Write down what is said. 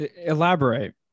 Elaborate